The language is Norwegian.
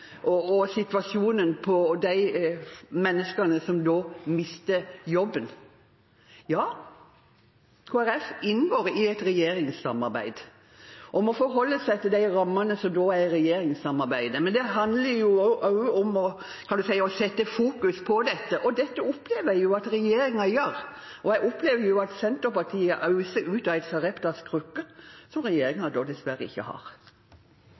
og situasjonen for de menneskene som nå mister jobben. Ja, Kristelig Folkeparti inngår i et regjeringssamarbeid og må forholde seg til rammene for regjeringssamarbeidet. Det handler også om å fokusere på dette, og det opplever jeg at regjeringen gjør. Og jeg opplever at Senterpartiet øser ut av en Sareptas krukke, som regjeringen dessverre ikke har.